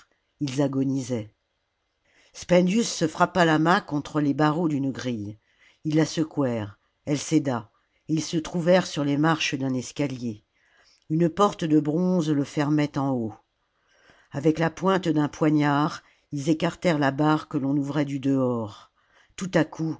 ils agonisaient spendius se frappa la main contre les barreaux d'une grille ils a secouèrent elle céda et ils se trouvèrent sur les marches d'un escalier une porte de bronze le fermait en haut avec la pointe d'un poignard ils écartèrent la barre que l'on ouvrait du dehors tout à coup